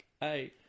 Hey